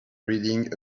reading